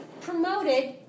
promoted